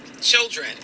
children